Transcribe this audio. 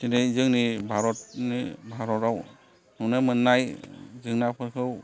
दिनै जोंनि भारत नि भारताव नुनो मोननाय जुनारफोरखौ